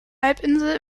halbinsel